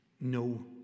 No